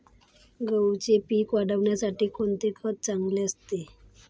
गहूच्या पीक वाढीसाठी कोणते खत चांगले असते?